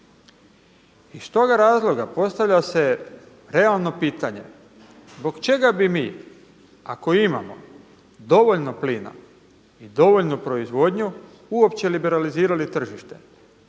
Iz toga razloga postavlja se realno pitanje zbog čega bi mi ako imamo dovoljno plina i dovoljnu proizvodnju uopće liberalizirali tržište,